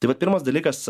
tai vat pirmas dalykas